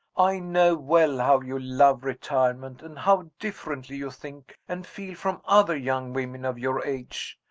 i know well how you love retirement, and how differently you think and feel from other young women of your age.